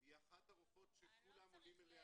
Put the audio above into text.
הוא לא אמר שהיא לא מקצועית.